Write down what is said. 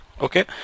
okay